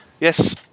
Yes